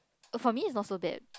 oh for me it's not so bad